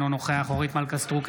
אינו נוכח אורית מלכה סטרוק,